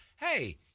hey